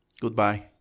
Goodbye